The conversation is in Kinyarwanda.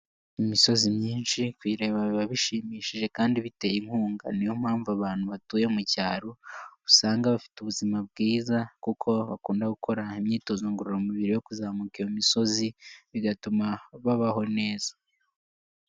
Imisozi myinshi kuyireba biba bishimishije kandi bite inkunga, niyo mpamvu abantu batuye mu cyaro usanga bafite ubuzima bwiza kuko bakunda gukora imyitozo ngororamubiri yo kuzamuka iyo misozi bigatuma babaho neza.